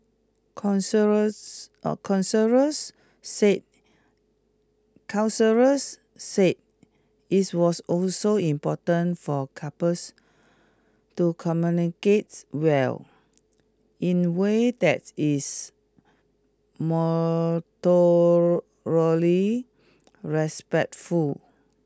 counselors counselors said counselors said it's was also important for couples to communicates well in way that is respectful